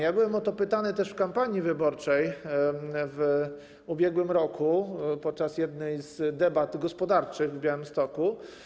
Ja byłem o to pytany też w kampanii wyborczej w ubiegłym roku podczas jednej z debat gospodarczych w Białymstoku.